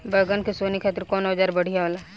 बैगन के सोहनी खातिर कौन औजार बढ़िया होला?